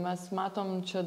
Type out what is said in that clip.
mes matom čia